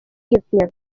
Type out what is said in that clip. иртнӗ